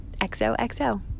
XOXO